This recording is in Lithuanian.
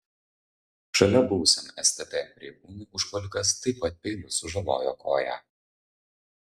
šalia buvusiam stt pareigūnui užpuolikas taip pat peiliu sužalojo koją